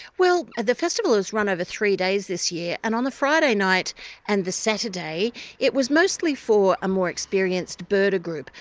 well, the festival is run over three days this year, and on the friday night and the saturday it was mostly for a more experienced birder group.